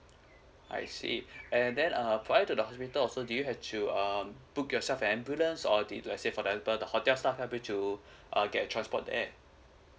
I see and then uh prior to the hospital also do you have to um book yourself an ambulance or did you say for example the hotel staff help you to err get a transport then